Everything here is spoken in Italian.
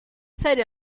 serie